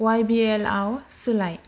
Y बि एल आव सोलाय